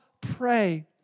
pray